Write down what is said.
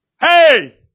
hey